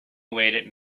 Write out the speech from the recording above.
awaited